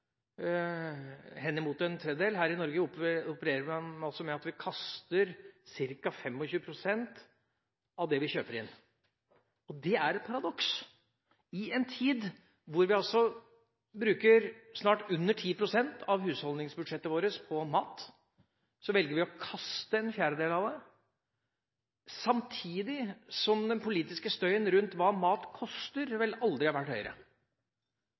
en tredjedel. Her i Norge opererer man med at vi kaster ca. 25 pst. av det vi kjøper inn. Det er et paradoks. I en tid da vi bruker snart under 10 pst. av husholdningsbudsjettet vårt på mat, velger vi å kaste en fjerdedel av det, samtidig som den politiske støyen rundt hva mat koster, vel aldri har vært høyere.